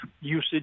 usage